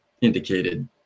indicated